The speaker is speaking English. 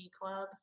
club